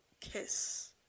kiss